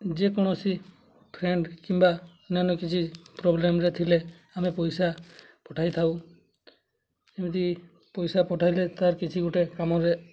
ଯେକୌଣସି ଫ୍ରେଣ୍ଡ୍ କିମ୍ବା ଅନ୍ୟାନ୍ୟ କିଛି ପ୍ରୋବ୍ଲେମ୍ ରେ ଥିଲେ ଆମେ ପଇସା ପଠାଇ ଥାଉ ଏମିତି ପଇସା ପଠାଇଲେ ତା'ର କିଛି ଗୋଟେ କାମରେ